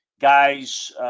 guys